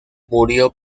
murió